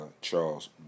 Charles